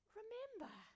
remember